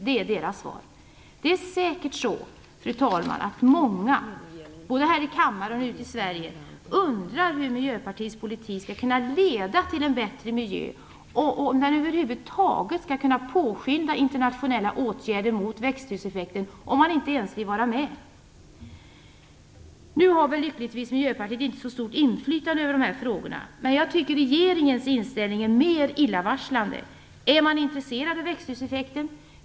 Det är säkert, fru talman, många både här i kammaren och ute i Sverige som undrar hur Miljöpartiets politik skall kunna leda till en bättre miljö och hur den över huvud taget skall kunna påskynda internationella åtgärder mot växthuseffekten, om man inte ens vill vara med i samarbetet. Nu har väl lyckligtvis Miljöpartiet inte så stort inflytande över de här frågorna, men jag tycker att regeringens inställning är mer illavarslande. Är man intresserad av växthuseffekten?